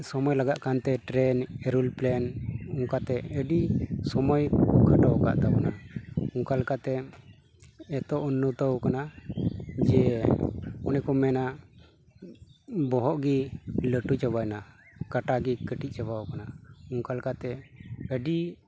ᱥᱳᱢᱚᱭ ᱞᱟᱜᱟᱜ ᱠᱟᱱᱛᱮ ᱴᱨᱮᱱ ᱥᱮ ᱨᱩᱞ ᱯᱞᱮᱱ ᱚᱱᱠᱟᱛᱮ ᱟᱹᱰᱤ ᱥᱚᱢᱚᱭ ᱠᱚ ᱠᱷᱟᱴᱚ ᱟᱠᱟᱫ ᱛᱟᱵᱚᱱᱟ ᱚᱱᱠᱟ ᱞᱮᱠᱟᱛᱮ ᱮᱛᱚ ᱩᱱᱱᱚᱛᱚ ᱟᱠᱟᱱᱟ ᱡᱮ ᱚᱱᱮ ᱠᱚ ᱢᱮᱱᱟ ᱵᱚᱦᱚᱜ ᱜᱮ ᱞᱟᱹᱴᱩ ᱪᱟᱵᱟᱭᱮᱱᱟ ᱠᱟᱴᱟ ᱜᱮ ᱠᱟᱹᱴᱤᱡ ᱪᱟᱵᱟ ᱟᱠᱟᱱᱟ ᱚᱱᱠᱟ ᱞᱮᱠᱟᱛᱮ ᱟᱹᱰᱤ